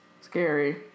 scary